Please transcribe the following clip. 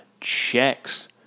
checks